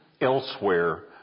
elsewhere